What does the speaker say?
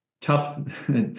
tough